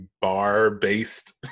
bar-based